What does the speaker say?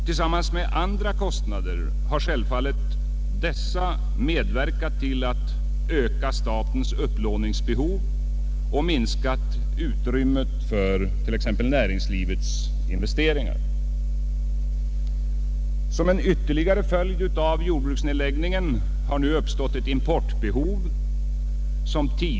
Tillsammans med andra kostnader har dessa självfallet medverkat till att öka statens upplåningsbehov och minska utrymmet för t.ex. näringslivets investeringar. Som en ytterligare följd av jordbruksnedläggningen har nu uppstått ett behov av att importera jordbruksprodukter.